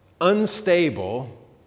unstable